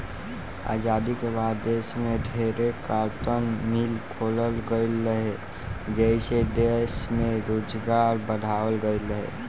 आजादी के बाद देश में ढेरे कार्टन मिल खोलल गईल रहे, जेइसे दश में रोजगार बढ़ावाल गईल रहे